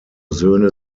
söhne